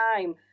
time